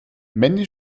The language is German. mandy